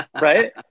Right